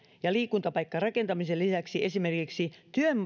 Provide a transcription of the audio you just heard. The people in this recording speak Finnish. ja liikuntapaikkarakentamisen lisäksi myös esimerkiksi